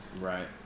Right